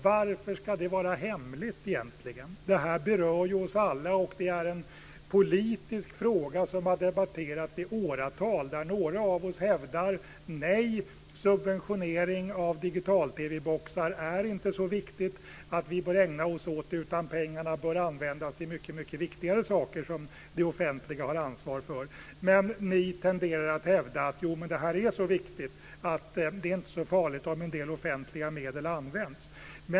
Varför ska det egentligen vara hemligt? Det berör oss alla, och det är en politisk fråga som har debatterats i åratal. Några av oss hävdar att subventionering av digital-TV-boxar inte är så viktigt att vi bör ägna oss åt det, utan pengarna bör användas till mycket viktigare saker som det offentliga har ansvar för. Ni tenderar att hävda att detta är så viktigt att det inte är så farligt om en del offentliga medel används.